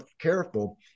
careful